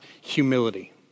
humility